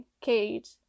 Cage